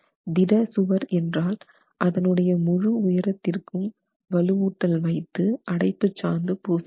திட சுவர் என்றால் அதனுடைய முழு உயரத்திற்கும் வலுவூட்டல் வைத்து அடைப்புச்சாந்து பூச வேண்டும்